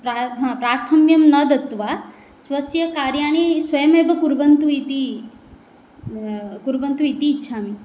प्राथम्यं न दत्वा स्वस्य कार्याणि स्वयमेव कुर्वन्तु इति कुर्वन्तु इति इच्छामि